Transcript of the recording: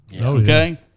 Okay